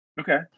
Okay